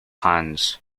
hands